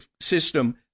system